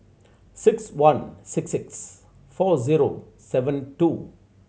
six one six six four zero seven two